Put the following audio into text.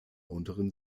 unteren